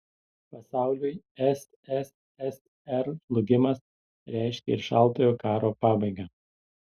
pasauliui sssr žlugimas reiškė ir šaltojo karo pabaigą